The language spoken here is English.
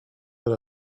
but